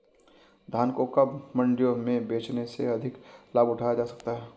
धान को कब मंडियों में बेचने से अधिक लाभ उठाया जा सकता है?